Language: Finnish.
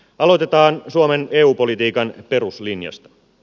aloitetaan suomen eu politiikan peruslinjasta